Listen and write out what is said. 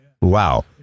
Wow